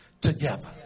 together